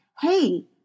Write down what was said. hey